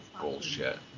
bullshit